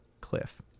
cliff